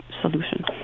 solution